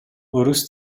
орус